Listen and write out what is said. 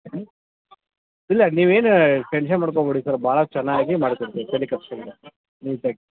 ಹ್ಞೂ ಇಲ್ಲ ನೀವೇನು ಟೆನ್ಷನ್ ಮಾಡ್ಕೊಬೇಡಿ ಸರ್ ಭಾಳ ಚೆನ್ನಾಗಿ ಮಾಡ್ತೀವಿ ಸರ್ ತಲೆ ಕೆಡಿಸ್ಕೋಬೇಡಿ ನೀಟಾಗಿ